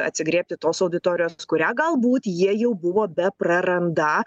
atsigriebti tos auditorijos kurią galbūt jie jau buvo beprarandą